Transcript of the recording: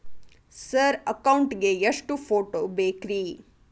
Sir account ಗೇ ಎಷ್ಟು photo ಬೇಕ್ರಿ?